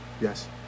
Yes